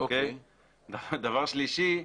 דבר שלישי,